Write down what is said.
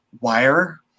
wire